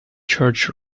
church